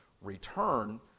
return